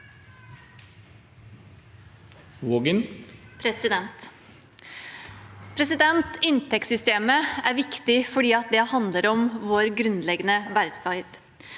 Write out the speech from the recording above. Inntektssystemet er viktig fordi det handler om vår grunnleggende velferd.